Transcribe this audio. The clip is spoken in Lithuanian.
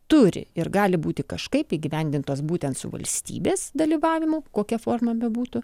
turi ir gali būti kažkaip įgyvendintos būtent su valstybės dalyvavimu kokia forma bebūtų